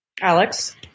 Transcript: Alex